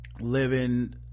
living